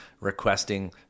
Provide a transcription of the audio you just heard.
requesting